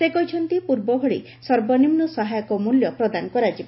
ସେ କହିଛନ୍ତି ପୂର୍ବଭଳି ସର୍ବନିମୁ ସହାୟକ ମୂଲ୍ୟ ପ୍ରଦାନ କରାଯିବ